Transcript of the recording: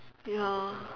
ya